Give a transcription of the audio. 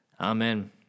Amen